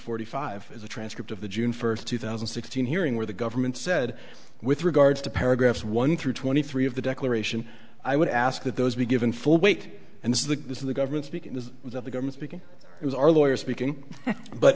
forty five is a transcript of the june first two thousand and sixteen hearing where the government said with regards to paragraphs one through twenty three of the declaration i would ask that those be given full weight and this is the government speaking to the government because it was our lawyer speaking but